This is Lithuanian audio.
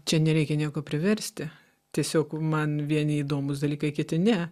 čia nereikia nieko priversti tiesiog man vieni įdomūs dalykai kiti ne